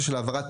מטי,